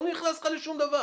אני לא נכנס לך לשום דבר